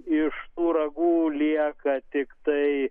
iš tų ragų lieka tiktai